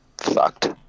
fucked